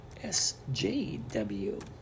SJW